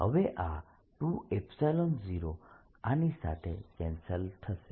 હવે આ 20 આની સાથે કેન્સલ થશે